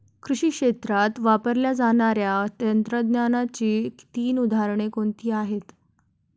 कृषी क्षेत्रात वापरल्या जाणाऱ्या तंत्रज्ञानाची तीन उदाहरणे कोणती आहेत?